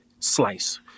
slice